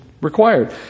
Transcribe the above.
required